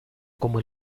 como